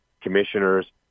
commissioners